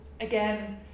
again